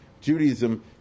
Judaism